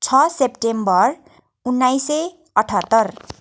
छ सेप्टेम्बर उन्नाइस सय अठहत्तर